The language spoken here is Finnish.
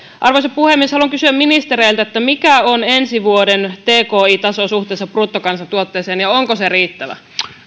arvoisa puhemies haluan kysyä ministereiltä mikä on ensi vuoden tki taso suhteessa bruttokansantuotteeseen ja onko se riittävä